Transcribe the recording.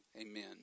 amen